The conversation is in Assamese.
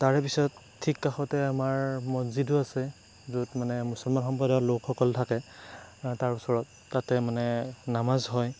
তাৰে পিছত ঠিক কাষতে আমাৰ মছজিদো আছে য'ত মানে মুছলমান সম্প্ৰদায়ৰ লোকসকল থাকে তাৰ ওচৰত তাতে মানে নামাজ হয়